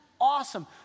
awesome